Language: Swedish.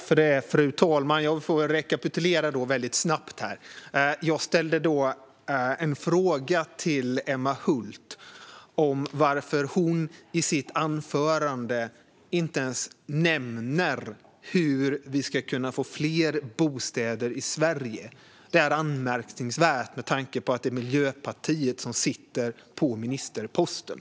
Fru talman! Jag får väl snabbt rekapitulera det här. Jag ställde en fråga till Emma Hult om varför hon i sitt anförande inte ens nämnde hur vi ska kunna få fler bostäder i Sverige. Det är anmärkningsvärt med tanke på att det är Miljöpartiet som sitter på ministerposten.